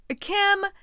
Kim